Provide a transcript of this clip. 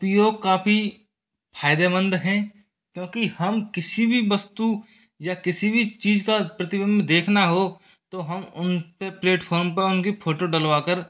उपयोग काफ़ी फ़ायदेमंद हैं क्योंकि हम किसी भी वस्तु या किसी भी चीज़ का प्रतिबिंब देखना हो तो हम उनपे प्लेटफॉर्म पे उनकी फोटो डलवा कर